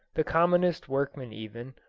the commonest workman even,